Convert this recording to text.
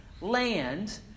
land